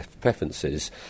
preferences